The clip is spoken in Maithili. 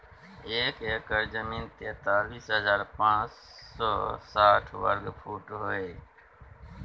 एक एकड़ जमीन तैंतालीस हजार पांच सौ साठ वर्ग फुट होय हय